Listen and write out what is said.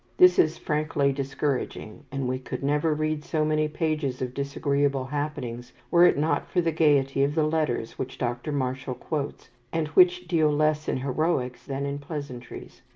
this is frankly discouraging, and we could never read so many pages of disagreeable happenings, were it not for the gayety of the letters which dr. marshall quotes, and which deal less in heroics than in pleasantries.